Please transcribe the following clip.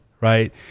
right